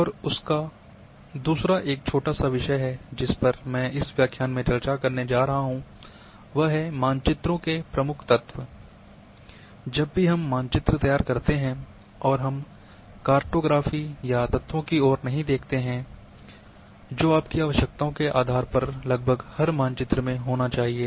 और दूसरा एक छोटा सा विषय है जिस पर मैं इस व्याख्यान में चर्चा करने जा रहा हूं वह है मानचित्रों के प्रमुख तत्व जब भी हम मानचित्र तैयार करते हैं और हम कार्टोग्राफी या तत्वों की ओर नहीं देखते हैं जो आपकी आवश्यकताओं के आधार पर लगभग हर मानचित्र में होना चाहिए